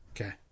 Okay